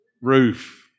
roof